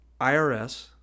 IRS